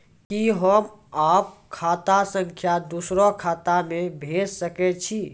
कि होम आप खाता सं दूसर खाता मे भेज सकै छी?